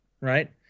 Right